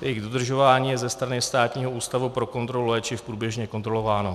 jejich dodržování je ze strany Státního ústavu pro kontrolu léčiv průběžně kontrolováno.